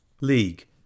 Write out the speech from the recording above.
League